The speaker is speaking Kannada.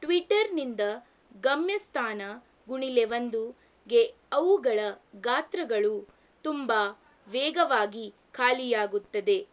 ಟ್ವಿಟರ್ನಿಂದ ಗಮ್ಯಸ್ಥಾನ ಗುಣಿಲೆ ಒಂದುಗೆ ಅವುಗಳ ಗಾತ್ರಗಳು ತುಂಬ ವೇಗವಾಗಿ ಖಾಲಿಯಾಗುತ್ತದೆ